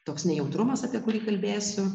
toks nejautrumas apie kurį kalbėsiu